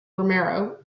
romero